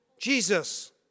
jesus